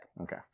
Okay